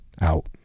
out